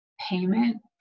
payment